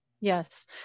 Yes